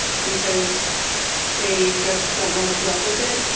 because they just don't want to put up with it.